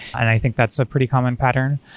and i think that's a pretty common pattern.